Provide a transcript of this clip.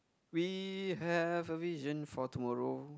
we have a vision for tomorrow